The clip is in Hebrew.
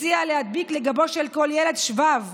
הציע להדביק לגבו של כל ילד שבב.